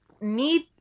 need